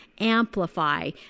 amplify